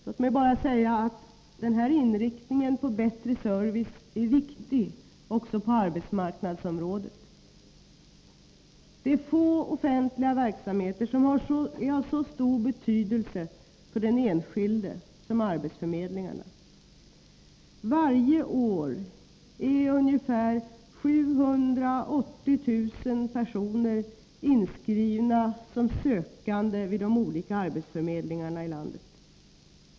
Låt mig bara säga att den här inriktningen på bättre service är viktig också på arbetsmarknadsområdet. Det är få offentliga verksamheter som är av så stor betydelse för den enskilde som arbetsförmedlingarna. Varje år är ungefär 780 000 personer inskrivna som sökande vid de olika arbetsförmedlingarna i landet.